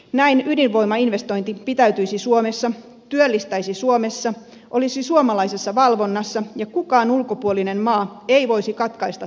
näin ydinvoimainvestointi pitäytyisi suomessa työllistäisi suomessa olisi suomalaisessa valvonnassa ja kukaan ulkopuolinen maa ei voisi katkaista tuotantoa